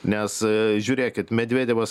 nes žiūrėkit medvedevas